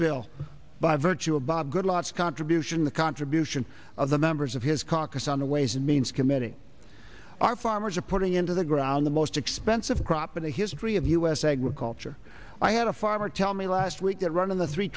bill by virtue of bob good lots contribution the contribution of the members of his caucus on the ways and means committee our farmers are putting into the ground the most expensive crop in the history of u s agriculture i had a farmer tell me last week that running th